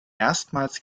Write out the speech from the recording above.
erstmals